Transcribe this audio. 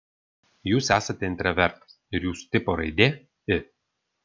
jūs esate intravertas ir jūsų tipo raidė i